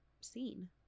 seen